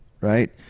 right